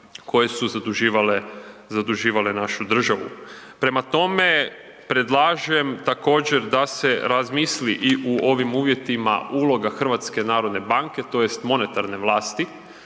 koje su zaduživale našu državu. Prema tome, predlažem također da se razmisli i u ovim uvjetima uloga HNB-a tj. monetarne vlasti,